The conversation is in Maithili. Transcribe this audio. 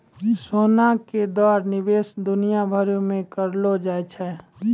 सोना के द्वारा निवेश दुनिया भरि मे करलो जाय छै